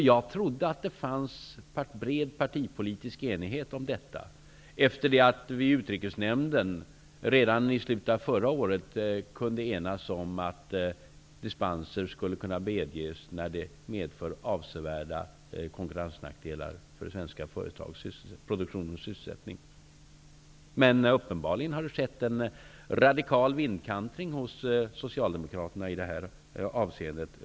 Jag trodde att det fanns en bred partipolitisk enighet om detta, eftersom man inom Utrikesnämnden redan i slutet av förra året kunde enas om att dispenser skulle kunna medges när det gäller avsevärda konkurrensnackdelar för svenska företags produktion och sysselsättning. Men det har uppenbarligen skett en radikal vindkantring hos socialdemokraterna i det här avseendet.